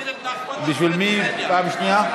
בשביל מי פעם שנייה?